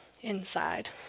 inside